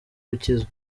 gukizwa